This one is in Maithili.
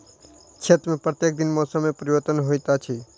क्षेत्र में प्रत्येक दिन मौसम में परिवर्तन होइत अछि